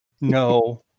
No